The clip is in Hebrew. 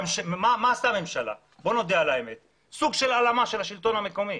מה עשתה הממשלה, סוד של הלאמה של השלטון המקומי.